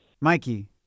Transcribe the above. Mikey